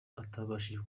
atabashije